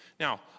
Now